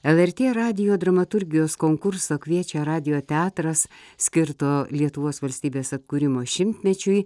lrt radijo dramaturgijos konkurso kviečia radijo teatras skirto lietuvos valstybės atkūrimo šimtmečiui